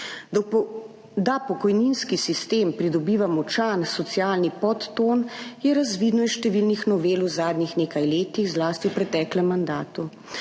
Da pokojninski sistem pridobiva močan socialni podton, je razvidno iz številnih novel v zadnjih nekaj letih, zlasti v preteklem mandatu.